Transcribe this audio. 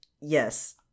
yes